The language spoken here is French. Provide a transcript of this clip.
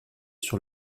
sur